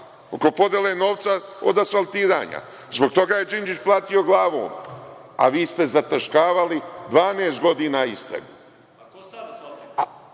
Oko podele novca od asfaltiranja. Zbog toga je Đinđić platio glavom, a vi ste zataškavali 12 godina istragu.(Boško